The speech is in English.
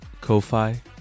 Ko-Fi